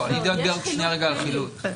יש חילוט פלילי.